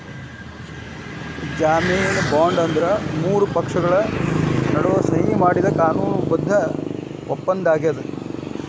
ಜಾಮೇನು ಬಾಂಡ್ ಅಂದ್ರ ಮೂರು ಪಕ್ಷಗಳ ನಡುವ ಸಹಿ ಮಾಡಿದ ಕಾನೂನು ಬದ್ಧ ಒಪ್ಪಂದಾಗ್ಯದ